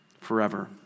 forever